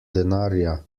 denarja